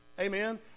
Amen